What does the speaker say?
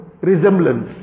resemblance